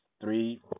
three